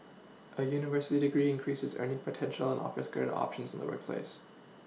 a university degree increases earning potential offers greater options in the workplace